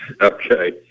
Okay